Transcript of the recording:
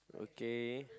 okay